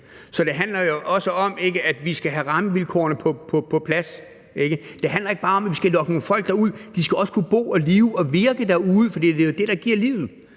Så det handler jo også om, at vi skal rammevilkårene på plads. Det handler ikke bare om, at vi skal lokke nogle folk derud – de skal også kunne bo, leve og virke derude, for det er det, der giver liv.